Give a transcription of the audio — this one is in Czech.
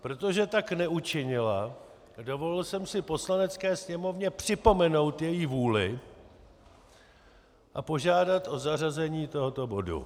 Protože tak neučinila, dovolil jsem si Poslanecké sněmovně připomenout její vůli a požádat o zařazení tohoto bodu.